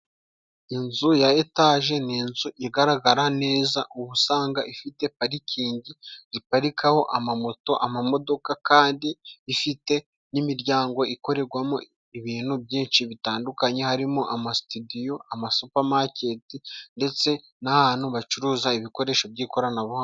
Inzu ya etage ni inzu igaragara neza uba usanga ifite parikingi ziparikaho amamoto, amamodoka kandi ifite n'imiryango ikorerwamo ibintu byinshi bitandukanye harimo: ama sitidiyo, ama supamaketi ,ndetse n'ahantu bacuruza ibikoresho by'ikoranabuhanga.